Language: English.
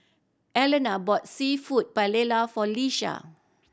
Alannah bought Seafood Paella for Iesha